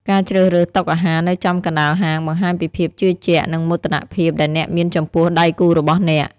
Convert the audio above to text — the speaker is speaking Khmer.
ការជ្រើសរើសតុអាហារនៅចំកណ្ដាលហាង បង្ហាញពីភាពជឿជាក់ និងមោទនភាពដែលអ្នកមានចំពោះដៃគូរបស់អ្នក។